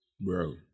bro